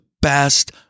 best